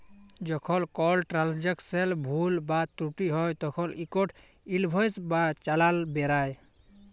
যখল কল ট্রালযাকশলে ভুল বা ত্রুটি হ্যয় তখল ইকট ইলভয়েস বা চালাল বেরাই